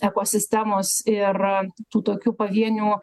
ekosistemos ir tų tokių pavienių